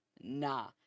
nah